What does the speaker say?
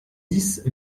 dix